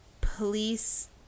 police